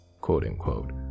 Quote-unquote